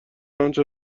آنچه